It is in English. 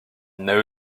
now